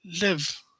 live